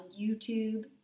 YouTube